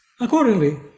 Accordingly